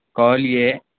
کال یہ